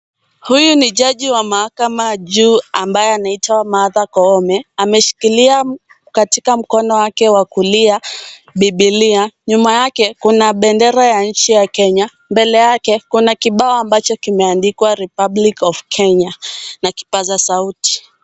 Huyu ni jaji wa mahakama ya juu ambaye anaitwa Martha Koome. Ameshikilia katika mkono wake wa kulia bibilia. Nyuma yake kuna bendera ya nchi ya Kenya. Mbele yake kuna kibao ambacho kimeandikwa republic of Kenya na kipazasauti.